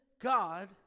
God